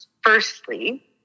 Firstly